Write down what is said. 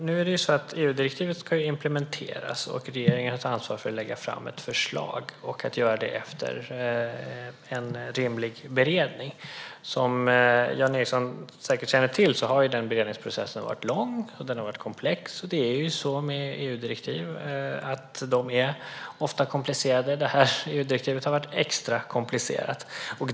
Herr talman! EU-direktivet ska implementeras, och regeringen tar ansvar för att lägga fram ett förslag efter en rimlig beredning. Som Jan Ericson säkert känner till har beredningsprocessen varit lång och komplex. EU-direktiv är ofta komplicerade, och detta har varit extra komplicerat.